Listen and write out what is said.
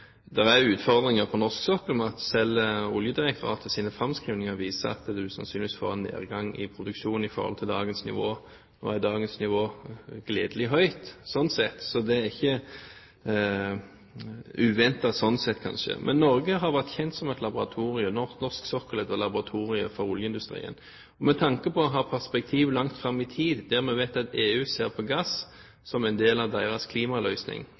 er utfordringer på norsk sokkel. Selv Oljedirektoratets framskrivninger viser at vi sannsynligvis får en nedgang i produksjonen i forhold til dagens nivå. Nå er dagens nivå gledelig høyt, så det er kanskje ikke uventet sånn sett. Men norsk sokkel har vært kjent som et laboratorium for oljeindustrien. Med tanke på å ha perspektiver langt fram i tid vet vi at EU ser på gass som en del av deres klimaløsning.